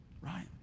right